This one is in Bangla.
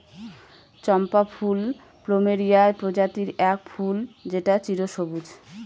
চম্পা ফুল প্লুমেরিয়া প্রজাতির এক ফুল যেটা চিরসবুজ